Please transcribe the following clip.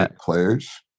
players